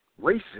racist